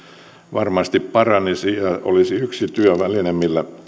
varmasti madaltuisi ja olisi yksi työväline millä